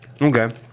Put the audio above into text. Okay